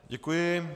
Děkuji.